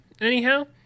anyhow